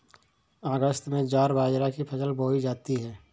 अगस्त में ज्वार बाजरा की फसल बोई जाती हैं